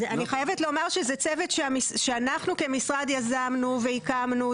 אני חייבת לומר שזה צוות שאנחנו כמשרד יזמנו והקמנו,